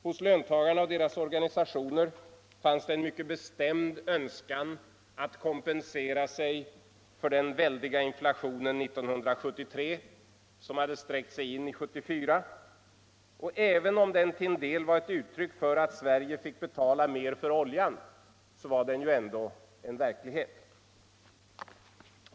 Hos löntagarna och deras organisationer fanns det en mycket bestämd önskan att kompensera sig för den väldiga inflationen 1973, som hade sträckt sig in i 1974. Även om den till en del var ett uttryck för att Sverige fick betala mer för oljan, så var den ju en verklighet.